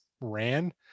ran